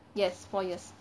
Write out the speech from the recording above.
yes four years